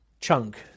chunk